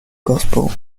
gospel